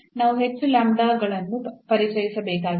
ನಾವು ಹೆಚ್ಚು lambdas ಗಳನ್ನು ಪರಿಚಯಿಸಬೇಕಾಗಿದೆ